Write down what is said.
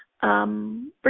Bring